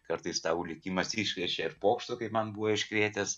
kartais tau likimas iškrečia ir pokštų kaip man buvo iškrėtęs